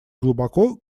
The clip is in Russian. глубоко